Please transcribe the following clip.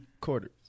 quarters